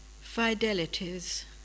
Fidelities